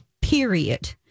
period